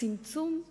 לצמצום או,